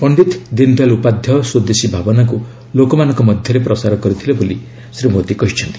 ପଣ୍ଡିତ୍ ଦୀନ୍ ଦୟାଲ୍ ଉପାଧ୍ୟାୟ ସ୍ପଦେଶୀ ଭାବନାକୁ ଲୋକମାନଙ୍କ ମଧ୍ୟରେ ପ୍ରସାର କରିଥିଲେ ବୋଲି ଶ୍ରୀ ମୋଦି କହିଛନ୍ତି